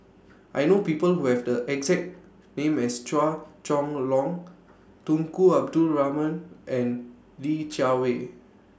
I know People Who Have The exact name as Chua Chong Long Tunku Abdul Rahman and Li Jiawei